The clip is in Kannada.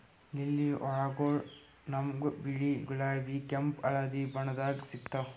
ಲಿಲ್ಲಿ ಹೂವಗೊಳ್ ನಮ್ಗ್ ಬಿಳಿ, ಗುಲಾಬಿ, ಕೆಂಪ್, ಹಳದಿ ಬಣ್ಣದಾಗ್ ಸಿಗ್ತಾವ್